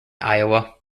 iowa